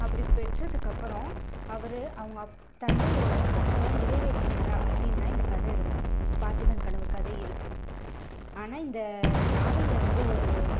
அப்படி பெற்றதுக்கப்புறம் அவர் அவங்க அப் தந்தையோட கனவை நிறைவேற்றினாரா அப்படின்னு தான் இந்த கதையிருக்கும் பார்த்திபன் கனவு கதை இருக்கும் ஆனால் இந்த நாவலில் வந்து ஒரு